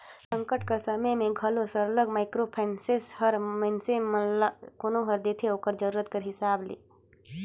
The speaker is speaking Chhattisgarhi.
संकट कर समे में घलो सरलग माइक्रो फाइनेंस हर मइनसे मन ल लोन देथे ओकर जरूरत कर हिसाब ले